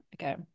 okay